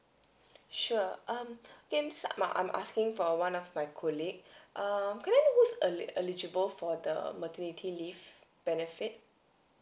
sure um hence I'm I'm asking for one of my colleague err can I know who is eli eligible for the maternity leave benefit